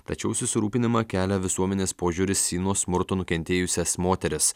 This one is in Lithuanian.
tačiau susirūpinimą kelia visuomenės požiūris į nuo smurto nukentėjusias moteris